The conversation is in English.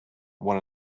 one